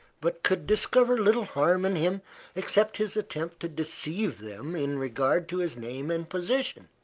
but could discover little harm in him except his attempt to deceive them in regard to his name and position.